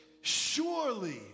Surely